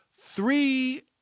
three